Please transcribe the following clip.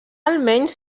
almenys